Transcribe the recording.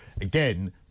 again